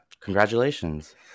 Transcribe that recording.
congratulations